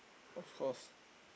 of course